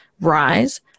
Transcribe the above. rise